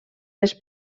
les